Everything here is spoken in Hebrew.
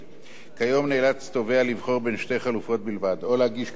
כיום נאלץ תובע לבחור בין שתי חלופות בלבד: או להגיש כתב-אישום,